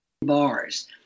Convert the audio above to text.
bars